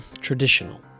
traditional